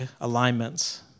alignments